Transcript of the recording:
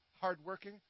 hardworking